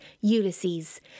Ulysses